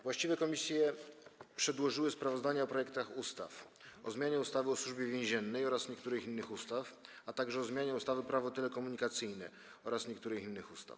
Właściwe komisje przedłożyły sprawozdania o projektach ustaw: - o zmianie ustawy o Służbie Więziennej oraz niektórych innych ustaw, - o zmianie ustawy Prawo telekomunikacyjne oraz niektórych innych ustaw.